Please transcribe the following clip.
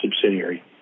subsidiary